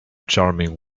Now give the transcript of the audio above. charming